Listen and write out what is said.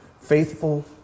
Faithful